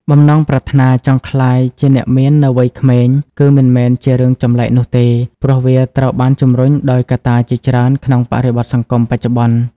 បំណងប្រាថ្នាចង់ក្លាយជាអ្នកមាននៅវ័យក្មេង គឺមិនមែនជារឿងចម្លែកនោះទេ ព្រោះវាត្រូវបានជំរុញដោយកត្តាជាច្រើនក្នុងបរិបទសង្គមបច្ចុប្បន្ន។